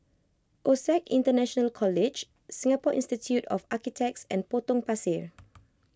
O set International College Singapore Institute of Architects and Potong Pasir